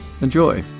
Enjoy